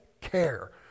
care